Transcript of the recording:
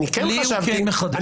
לי הוא כן מחדש.